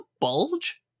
bulge